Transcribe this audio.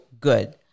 good